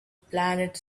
planet